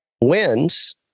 wins